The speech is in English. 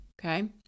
Okay